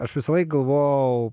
aš visąlaik galvojau